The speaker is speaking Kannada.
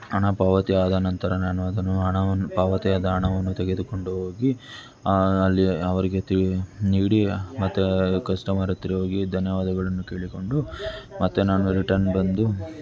ಹಣ ಪಾವತಿ ಆದ ನಂತರ ನಾನು ಅದನ್ನು ಹಣವನ್ನು ಪಾವತಿಯಾದ ಹಣವನ್ನು ತೆಗೆದುಕೊಂಡು ಹೋಗಿ ಅಲ್ಲಿಯ ಅವರಿಗೆ ತಿ ನೀಡಿ ಮತ್ತೆ ಕಸ್ಟಮರ್ ಹತ್ತಿರ ಹೋಗಿ ಧನ್ಯವಾದಗಳನ್ನು ಕೇಳಿಕೊಂಡು ಮತ್ತು ನಾನು ರಿಟನ್ ಬಂದು